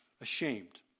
ashamed